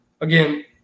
Again